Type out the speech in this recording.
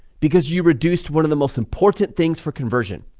because you reduced one of the most important things for conversion,